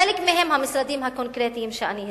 חלק מהם המשרדים הקונקרטיים שאני הזכרתי.